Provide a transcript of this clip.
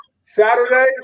Saturday